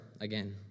again